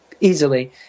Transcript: easily